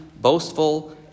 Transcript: boastful